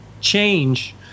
change